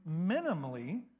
minimally